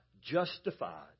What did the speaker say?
justified